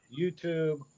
YouTube